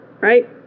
right